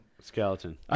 Skeleton